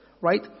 Right